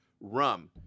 rum